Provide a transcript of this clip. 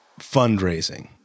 fundraising